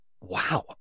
wow